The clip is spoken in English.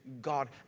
God